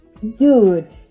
Dude